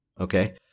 okay